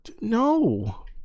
No